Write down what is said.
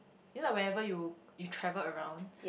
you know like whenever you you travel around